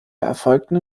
erfolgten